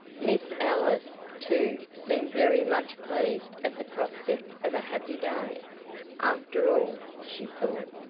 miss ellis, too, seemed very much pleased at the prospect of a happy day after all, she thought,